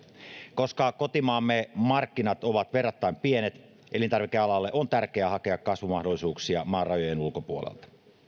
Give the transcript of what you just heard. koska kotimaamme markkinat ovat verrattain pienet elintarvikealalle on tärkeää hakea kasvumahdollisuuksia maan rajojen ulkopuolelta